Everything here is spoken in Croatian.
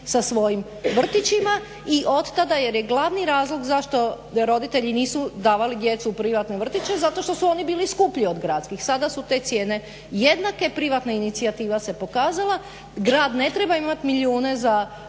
sa svojim vrtićima. I od tada je, jer je glavni razlog zašto roditelji nisu davali djecu u privatne vrtiće zato što su oni bili skuplji od gradskih, sada su te cijene jednake, privatna inicijativa se pokazala, grad ne treba imati milijune za